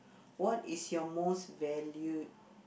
what is your most valued